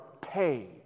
pay